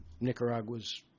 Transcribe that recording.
Nicaragua's